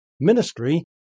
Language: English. ministry